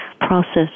process